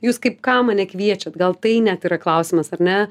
jūs kaip ką mane kviečiat gal tai net yra klausimas ar ne